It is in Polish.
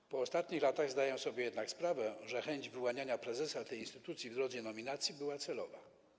Obserwując ostatnie lata, zdaję sobie jednak sprawę, że chęć wyłaniania prezesa tej instytucji w drodze nominacji była celowa.